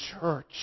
church